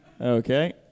Okay